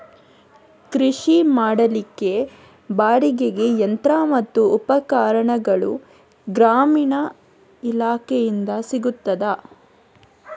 ಕೃಷಿ ಮಾಡಲಿಕ್ಕೆ ಬಾಡಿಗೆಗೆ ಯಂತ್ರ ಮತ್ತು ಉಪಕರಣಗಳು ಗ್ರಾಮೀಣ ಇಲಾಖೆಯಿಂದ ಸಿಗುತ್ತದಾ?